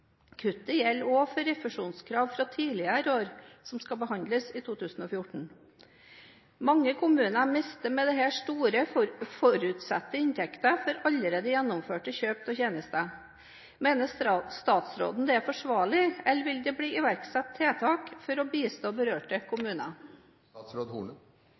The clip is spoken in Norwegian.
Kuttet gjelder også for refusjonskrav fra tidligere år som behandles i 2014. Mange kommuner mister med dette store forutsatte inntekter for allerede gjennomførte kjøp av tjenester. Mener statsråden dette er forsvarlig, eller vil det bli iverksatt tiltak for å bistå berørte